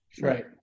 Right